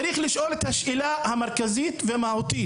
צריך לשאול את השאלה המהותית והמרכזית